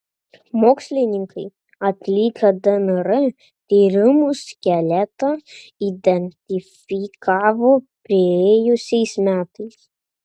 mokslininkai atlikę dnr tyrimus skeletą identifikavo praėjusiais metais